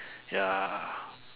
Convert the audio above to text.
ya